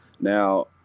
Now